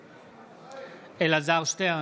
בעד אלעזר שטרן,